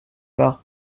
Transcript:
par